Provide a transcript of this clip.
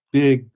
big